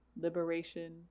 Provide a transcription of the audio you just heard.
Liberation